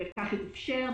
וכך התאפשר.